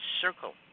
circle